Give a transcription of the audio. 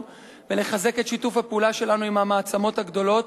ולחזק את שיתוף הפעולה שלנו עם המעצמות הגדולות,